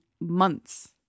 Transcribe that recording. months